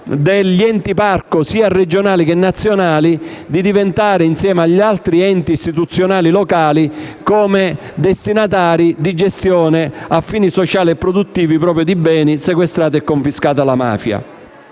gli enti parco, sia regionali che nazionali, diventino, insieme agli altri enti istituzionali locali, destinatari di gestione a fini sociali e produttivi proprio di beni sequestrati e confiscati alla mafia.